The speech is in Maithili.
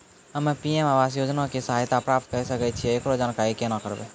हम्मे पी.एम आवास योजना के सहायता प्राप्त करें सकय छियै, एकरो जानकारी केना करबै?